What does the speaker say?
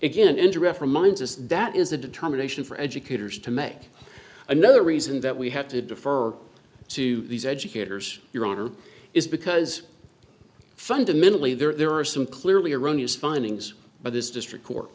as that is a determination for educators to make another reason that we have to defer to these educators your honor is because fundamentally there are some clearly erroneous findings by this district co